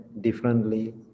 differently